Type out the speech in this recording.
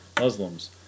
Muslims